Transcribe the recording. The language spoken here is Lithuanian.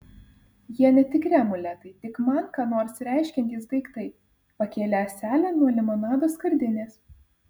jie netikri amuletai tik man ką nors reiškiantys daiktai pakėlė ąselę nuo limonado skardinės